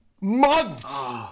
months